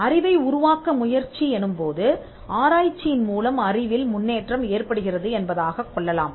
அறிவை உருவாக்க முயற்சி எனும் போது ஆராய்ச்சியின் மூலம் அறிவில் முன்னேற்றம் ஏற்படுகிறது என்பதாகக் கொள்ளலாம்